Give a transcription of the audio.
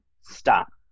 Stop